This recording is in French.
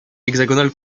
hexagonal